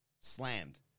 slammed